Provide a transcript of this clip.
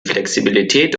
flexibilität